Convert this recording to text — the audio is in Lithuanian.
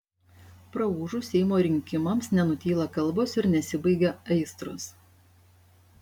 praūžus seimo rinkimams nenutyla kalbos ir nesibaigia aistros